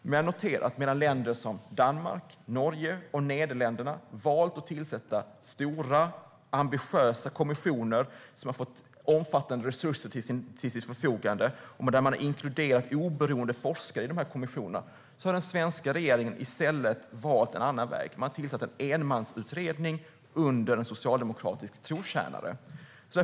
Men medan länder som Danmark, Norge och Nederländerna har valt att tillsätta stora, ambitiösa kommissioner som har fått omfattande resurser till sitt förfogande och inkluderat oberoende forskare har den svenska regeringen valt en annan väg och i stället tillsatt en enmansutredning under en socialdemokratisk trotjänare.